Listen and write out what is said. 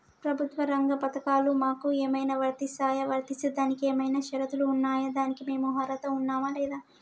ప్రభుత్వ రంగ పథకాలు మాకు ఏమైనా వర్తిస్తాయా? వర్తిస్తే దానికి ఏమైనా షరతులు ఉన్నాయా? దానికి మేము అర్హత ఉన్నామా లేదా?